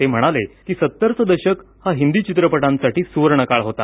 ते म्हणाले की सत्तरचं दशक हा हिंदी चित्रपटांसाठी सुवर्णकाळ होता